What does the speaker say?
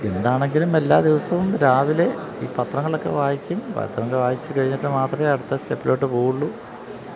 എന്താണെങ്കിലും എല്ലാ ദിവസവും രാവിലെ ഈ പത്രങ്ങളൊക്കെ വായിക്കും പത്രങ്ങളൊക്കെ വായിച്ചുകഴിഞ്ഞിട്ട് മാത്രമേ അടുത്ത സ്റ്റെപ്പിലേക്ക് പോവുകയുള്ളൂ